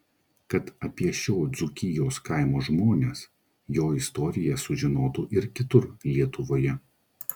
kad apie šio dzūkijos kaimo žmones jo istoriją sužinotų ir kitur lietuvoje